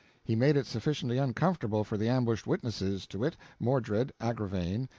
he made it sufficiently uncomfortable for the ambushed witnesses to wit, mordred, agravaine,